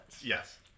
Yes